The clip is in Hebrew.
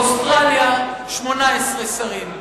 אוסטרליה, 18 שרים.